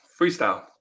freestyle